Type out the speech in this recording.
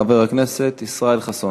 חבר הכנסת ישראל חסון.